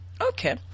Okay